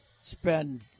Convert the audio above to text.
spend